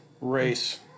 Race